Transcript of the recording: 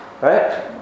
Right